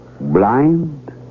Blind